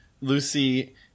Lucy